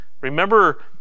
Remember